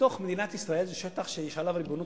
בתוך מדינת ישראל זה שטח שיש עליו ריבונות